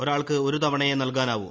ഒരാൾക്ക് ഒരു തവണയേ നൽകാനാവൂ